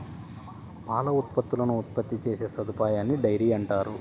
పాల ఉత్పత్తులను ఉత్పత్తి చేసే సదుపాయాన్నిడైరీ అంటారు